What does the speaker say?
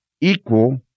equal